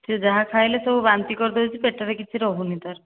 ସେ ଯାହା ଖାଇଲେ ତ ସବୁ ବାନ୍ତି କରିଦେଉଛି ପେଟରେ କିଛି ରହୁନି ତାର